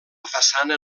façana